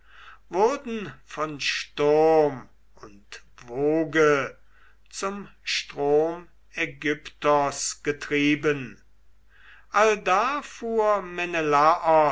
wurden von sturm und woge zum strom aigyptos getrieben allda